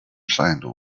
sandals